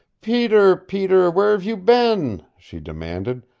peter, peter, where have you been? she demanded.